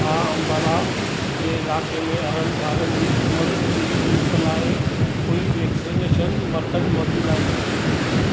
छा अम्बाला जे इलाइक़े में अरिड़हं सालनि जी उमिरि जे ग्रूप लाइ कोई वैक्सिनेशन मर्कज़ मौजूदु आहे